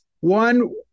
One